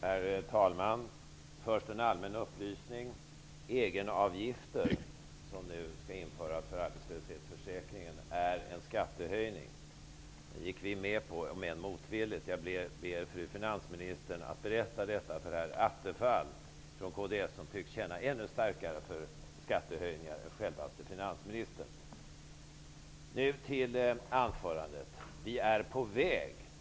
Herr talman! Först en allmän upplysning: Den egenavgift som nu skall införas för arbetslöshetsförsäkringen är en skattehöjning. Det gick vi med på, om än motvilligt. Jag ber fru finansministern att berätta detta för herr Attefall från kds, som tycks känna ännu starkare för skattehöjningar än självaste finansministern. Så till finansministerns anförande.